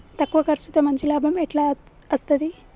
తక్కువ కర్సుతో మంచి లాభం ఎట్ల అస్తది?